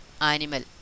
animal